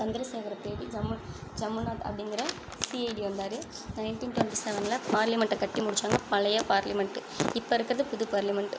சந்திரசேகரத் தேடி ஜம்மு ஜம்முநாத் அப்படிங்கிற சிஐடி வந்தார் நைன்ட்டீன் டொண்ட்டி செவன்ல பார்லிமெண்ட்டை கட்டி முடிச்சாங்கள் பழைய பார்லிமெண்ட்டு இப்போ இருக்கிறது புது பார்லிமெண்ட்டு